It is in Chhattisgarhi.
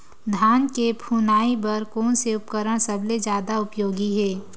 धान के फुनाई बर कोन से उपकरण सबले जादा उपयोगी हे?